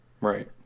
Right